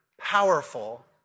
powerful